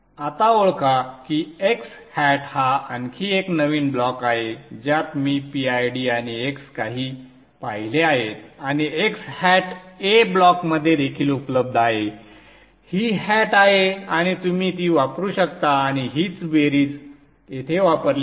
आता ओळखा की x hat हा आणखी एक नवीन ब्लॉक आहे ज्यात मी PID आणि x काही पाहिले आहेत आणि x hat A ब्लॉकमध्ये देखील उपलब्ध आहे ही hat आहे आणि तुम्ही ती वापरू शकता आणि हीच बेरीज येथे वापरली आहे